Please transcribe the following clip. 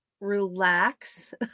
Relax